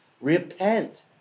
repent